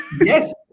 Yes